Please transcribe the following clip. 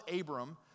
Abram